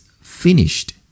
finished